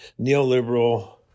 neoliberal